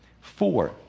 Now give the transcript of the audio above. Four